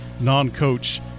non-coach